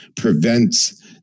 prevents